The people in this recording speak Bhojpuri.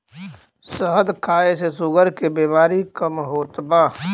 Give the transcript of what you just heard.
शहद खाए से शुगर के बेमारी कम होत बा